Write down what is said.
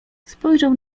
spojrzał